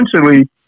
essentially